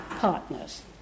partners